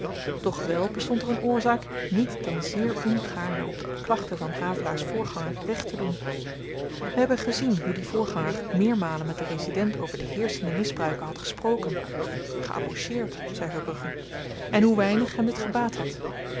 doch wèl bestond er een oorzaak die hem bewoog niet dan zeer ongaarne op de klachten van havelaars voorganger recht te doen we hebben gezien hoe die voorganger meermalen met den resident over de heerschende misbruiken had gesproken geaboucheerd zei verbrugge en hoe weinig hem dit gebaat had